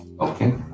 Okay